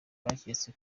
baketse